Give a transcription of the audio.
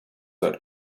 that